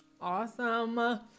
Awesome